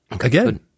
Again